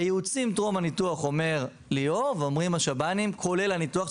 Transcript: בייעוץ טרום ניתוח אומר ליאור ואומרים השב"נים כולל הניתוח,